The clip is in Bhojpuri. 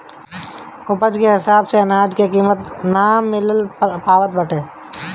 उपज के हिसाब से अनाज के कीमत ना मिल पावत बाटे